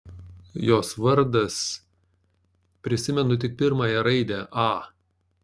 jos vardas prisimenu tik pirmąją raidę a